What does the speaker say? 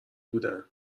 بودن